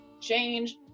change